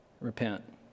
repent